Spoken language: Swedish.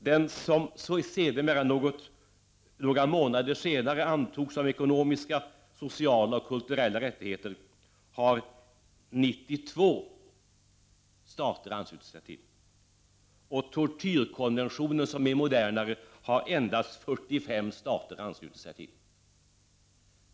Till den konvention som några månader senare antogs och som handlar om ekonomiska, sociala och kulturella rättigheter har 92 stater anslutit sig. Till tortyrkonventionen, som är modernare, har endast 45 stater anslutit sig.